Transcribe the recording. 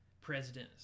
presidents